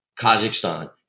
Kazakhstan